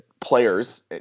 players